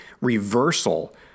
reversal